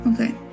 Okay